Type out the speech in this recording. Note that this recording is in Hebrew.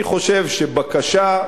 אני חושב שבקשה,